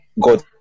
god